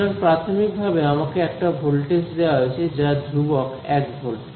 সুতরাং প্রাথমিকভাবে আমাকে একটা ভোল্টেজ দেয়া হয়েছে যা ধ্রুবক 1 ভোল্ট